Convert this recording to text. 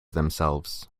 themselves